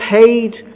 paid